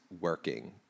working